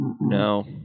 no